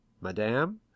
Madame